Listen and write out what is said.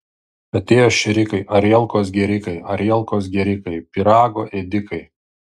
atėjo šėrikai arielkos gėrikai arielkos gėrikai pyrago ėdikai